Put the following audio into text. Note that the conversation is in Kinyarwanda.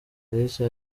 kalisa